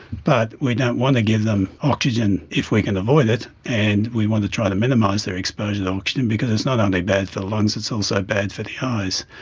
but we don't want to give them oxygen if we can avoid it and we want to try to minimise their exposure to oxygen because it's not only bad for the lungs, it's also bad for the eyes.